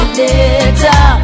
later